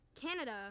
canada